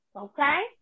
Okay